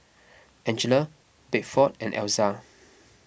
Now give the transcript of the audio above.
Angella Bedford and Elza